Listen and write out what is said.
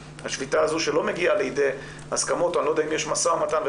השביתה הזאת שלא מגיעה לידי הסכמות אני לא יודע אם יש משא ומתן,